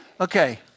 Okay